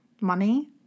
money